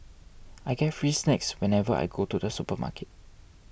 I get free snacks whenever I go to the supermarket